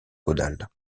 caudale